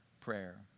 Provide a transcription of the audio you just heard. prayer